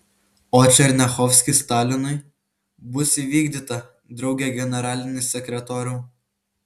o černiachovskis stalinui bus įvykdyta drauge generalinis sekretoriau